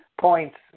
points